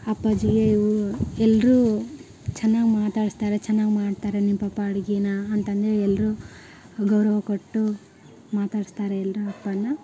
ಅಪ್ಪಾಜಿಗೆ ಇವು ಎಲ್ಲರೂ ಚೆನ್ನಾಗ್ ಮಾತಾಡಿಸ್ತಾರೆ ಚೆನ್ನಾಗ್ ಮಾಡ್ತಾರೆ ನಿಮ್ಮ ಪಪ್ಪ ಅಡ್ಗೇಯನ್ನ ಅಂತಂದೇಳಿ ಎಲ್ಲರೂ ಗೌರವ ಕೊಟ್ಟು ಮಾತಾಡಿಸ್ತಾರೆ ಎಲ್ಲರೂ ಅಪ್ಪನನ್ನ